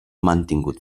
mantingut